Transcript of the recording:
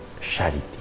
charity